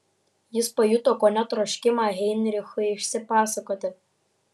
jis pajuto kone troškimą heinrichui išsipasakoti